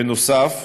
בנוסף,